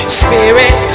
spirit